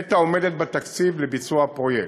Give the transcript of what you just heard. נת"ע עומדת בתקציב לביצוע הפרויקט.